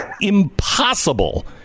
Impossible